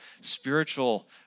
spiritual